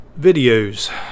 videos